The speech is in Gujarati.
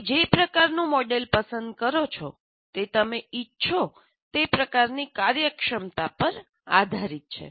તમે જે પ્રકારનું મોડેલ પસંદ કરો છો તે તમે ઇચ્છો તે પ્રકારની કાર્યક્ષમતા પર આધારિત છે